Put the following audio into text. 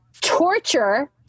torture